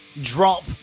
drop